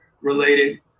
related